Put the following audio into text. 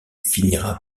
finira